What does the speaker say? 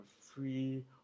free